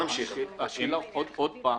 שוב,